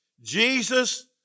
Jesus